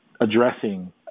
addressing